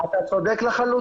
אתה צודק לחלוטין.